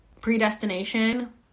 predestination